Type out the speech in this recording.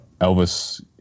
Elvis